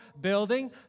building